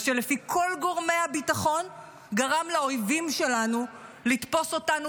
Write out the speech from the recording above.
מה שלפי כל גורמי הביטחון גרם לאויבים שלנו לתפוס אותנו